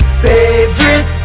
Favorite